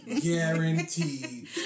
Guaranteed